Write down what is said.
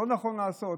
לא נכון לעשות.